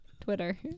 twitter